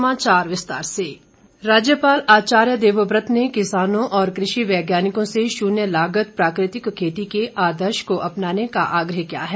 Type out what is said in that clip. सम्मेलन राज्यपाल आचार्य देवव्रत ने किसानों और कृषि वैज्ञानिकों से शून्य लागत प्राकृतिक खेती के आदर्श को अपनाने का आग्रह किया है